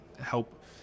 help